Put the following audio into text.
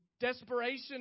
desperation